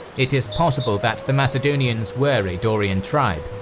it is possible that the macedonians were a dorian tribe,